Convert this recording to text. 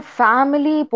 family